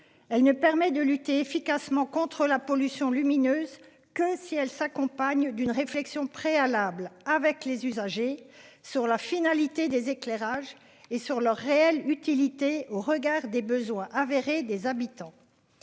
Elle ne permet de lutter efficacement contre la pollution lumineuse que si elle s'accompagne d'une réflexion préalable avec les usagers sur la finalité des éclairages et sur leur réelle utilité au regard des besoins avérés des habitants.